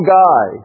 guy